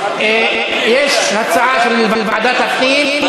יש הצעה של ועדת הפנים,